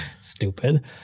Stupid